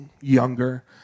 younger